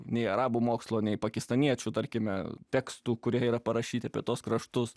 nei arabų mokslo nei pakistaniečių tarkime tekstų kurie yra parašyti apie tuos kraštus